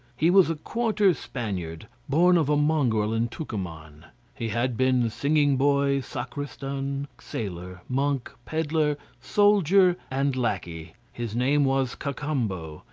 he was a quarter spaniard, born of a mongrel in tucuman he had been singing-boy, sacristan, sailor, monk, pedlar, soldier, and lackey. his name was cacambo,